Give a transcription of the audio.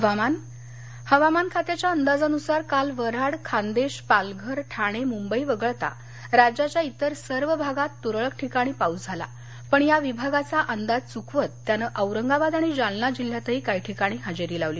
हवामान हवामान खात्याच्या अंदाजानुसार काल वऱ्हाड खान्देश पालघर ठाणे मुंबई वगळता राज्याच्या इतर सर्व भागात तुरळक ठिकाणी पाऊस झाला पण या विभागाचा अंदाज चुकवत त्यानं औरंगाबाद आणि जालना जिल्ह्यातही काही ठिकाणी हजेरी लावली